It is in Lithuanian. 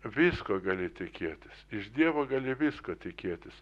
visko gali tikėtis iš dievo gali visko tikėtis